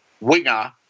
winger